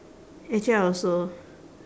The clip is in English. actually I also